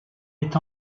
est